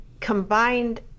combined